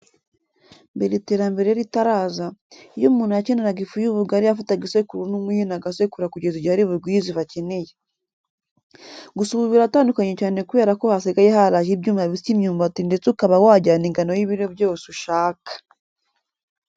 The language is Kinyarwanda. Mbere iterambere ritaraza, iyo umuntu yakeneraga ifu y'ubugari yafataga isekuru n'umuhini agasekura kugeza igihe ari bugwirize ifu akeneye. Gusa ubu biratandukanye cyane kubera ko hasigaye haraje ibyuma bisya imyumbati ndetse ukaba wajyana ingano y'ibiro byose ushaka.